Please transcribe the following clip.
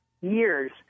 years